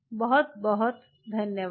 बहुत बहुत धन्यवाद